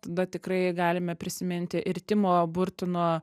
tada tikrai galime prisiminti ir timo burtono